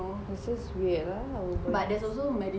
it just weird ah our body